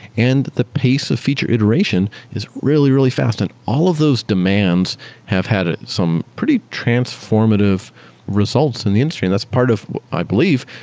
and the pace of feature iteration is really, really fast and all of those demands have had some pretty transformative results in the industry. that's part of i believe,